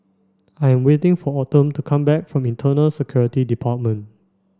I'm waiting for Autumn to come back from Internal Security Department